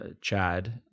chad